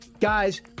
Guys